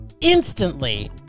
instantly